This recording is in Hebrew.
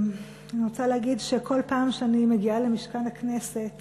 אני רוצה להגיד שכל פעם שאני מגיעה למשכן הכנסת